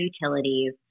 utilities